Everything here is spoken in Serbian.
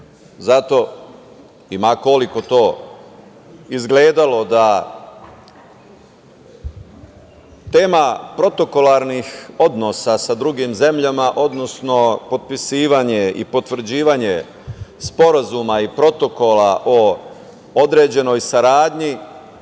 Zato, i ma koliko to izgledalo da tema protokolarnih odnosa sa drugim zemljama, odnosno potpisivanje i potvrđivanje i sporazuma i protokola o određenoj saradnji